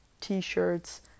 t-shirts